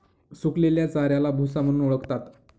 सुकलेल्या चाऱ्याला भुसा म्हणून ओळखतात